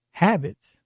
Habits